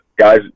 Guys